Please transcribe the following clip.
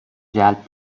جلب